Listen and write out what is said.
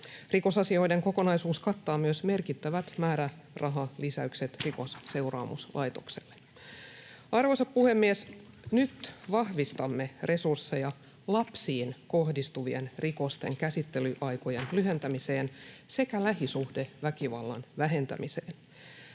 Rikosasioiden kokonaisuus kattaa myös merkittävät määrärahalisäykset Rikosseuraamuslaitokselle. Arvoisa puhemies! Nyt vahvistamme resursseja lapsiin kohdistuvien rikosten käsittelyaikojen lyhentämiseen sekä lähisuhdeväkivallan vähentämiseen.